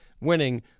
winning